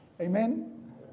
Amen